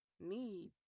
need